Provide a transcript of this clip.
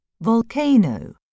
volcano